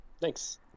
Thanks